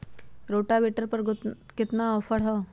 Rotavator पर केतना offer हव?